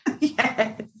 Yes